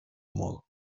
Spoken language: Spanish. modo